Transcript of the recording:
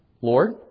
Lord